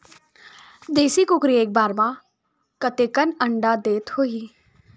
देशी कुकरी एक बार म कतेकन अंडा देत होही?